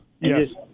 Yes